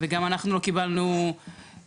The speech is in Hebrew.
וגם אנחנו לא קיבלנו תשובה,